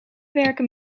werken